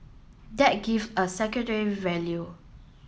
that it give a value